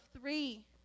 three